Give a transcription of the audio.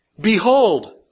Behold